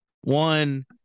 One